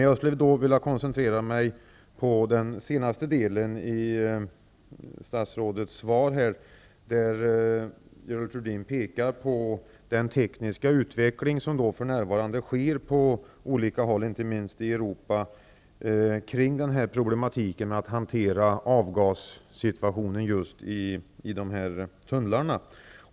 Jag vill koncentrera mig på den senare delen av statsrådets svar där Görel Thurdin berör den tekniska utveckling som för närvarande äger rum på olika håll inte minst i Europa när det gäller problemen med att hantera avgassituationen i just tunnlarna.